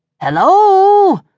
Hello